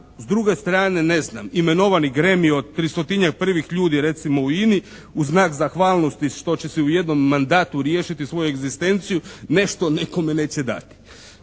s druge strane ne znam imenovani Grammy od 300-tinjak prvih ljudi recimo u INA-i u znak zahvalnosti što će se u jednom mandatu riješiti svoju egzistenciju nešto nekome neće dati.